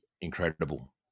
incredible